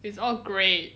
it's all grey